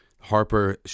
Harper